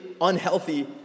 unhealthy